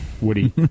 Woody